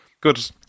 Good